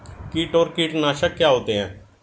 कीट और कीटनाशक क्या होते हैं?